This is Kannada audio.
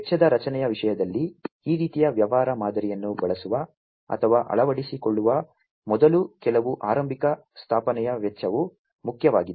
ವೆಚ್ಚದ ರಚನೆಯ ವಿಷಯದಲ್ಲಿ ಈ ರೀತಿಯ ವ್ಯವಹಾರ ಮಾದರಿಯನ್ನು ಬಳಸುವ ಅಥವಾ ಅಳವಡಿಸಿಕೊಳ್ಳುವ ಮೊದಲು ಕೆಲವು ಆರಂಭಿಕ ಸ್ಥಾಪನೆಯ ವೆಚ್ಚವು ಮುಖ್ಯವಾಗಿದೆ